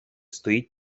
стоїть